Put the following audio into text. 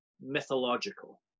mythological